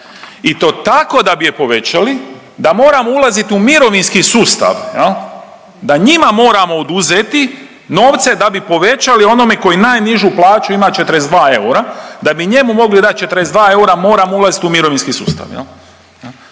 i to tako da bi je povećali da moramo ulazit u mirovinski sustav jel da njima moramo oduzeti novce da bi povećali onome koji najnižu plaću ima 42 eura, da bi njemu mogli dati 42 eura moramo ulaziti u mirovinski sustav